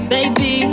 Baby